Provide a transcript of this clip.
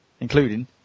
including